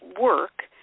work